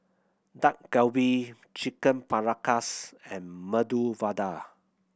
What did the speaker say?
Dak Galbi Chicken Paprikas and Medu Vada